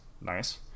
Nice